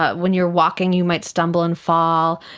when you are walking you might stumble and fall.